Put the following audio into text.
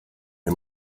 uyu